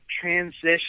transition